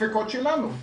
ספיקות שלנו.